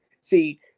See